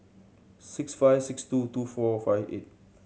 six five six two two four five eight